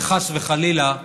וחס וחלילה,